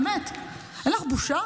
באמת, אין לך בושה?